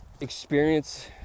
experience